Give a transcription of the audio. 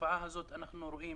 התופעה הזאת אנחנו רואים